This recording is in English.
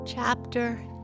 Chapter